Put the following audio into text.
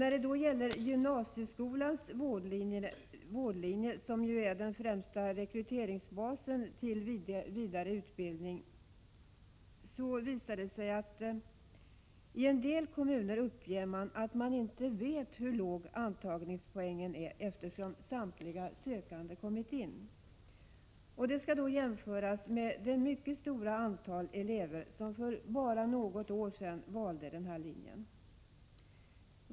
När det då gäller gymnasieskolans vårdlinje — som ju är den främsta rekryteringsbasen till vidare utbildning — uppger man i en del kommuner att man inte vet hur låg antagningspoängen varit, eftersom samtliga sökande kommit in. Här skall man då jämföra med det mycket stora antal elever som för bara några år sedan valde den här linjen.